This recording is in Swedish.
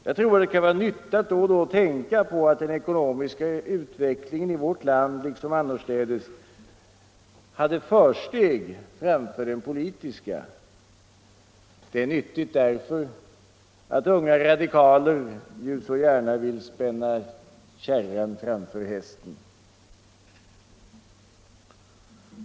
Jag tror att det kan vara nyttigt att då och då tänka på att den ekonomiska utvecklingen i vårt land liksom annorstädes hade försteg framför den politiska. Det är nyttigt därför att unga radikaler ju så gärna vill spänna kärran framför hästen!